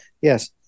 Yes